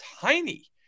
tiny